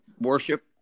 worship